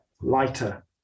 lighter